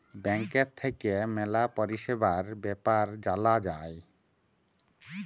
ব্যাংকের থাক্যে ম্যালা পরিষেবার বেপার জালা যায়